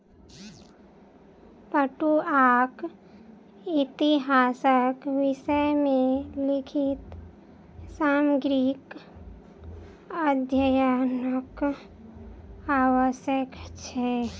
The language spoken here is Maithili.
पटुआक इतिहासक विषय मे लिखित सामग्रीक अध्ययनक आवश्यक छै